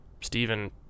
Stephen